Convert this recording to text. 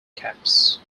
caps